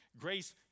Grace